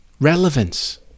relevance